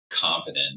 confident